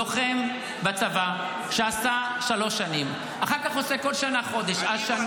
לוחם בצבא שעשה שנים, אחר כך עושה חודש כל שנה.